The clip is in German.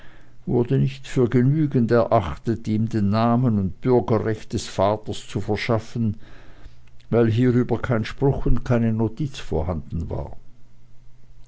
wurde nicht für genügend erachtet ihm namen und bürgerrecht des vaters zu verschaffen weil hierüber kein spruch und keine notiz vorhanden war